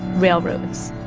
railroads